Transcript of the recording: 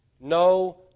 no